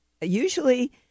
Usually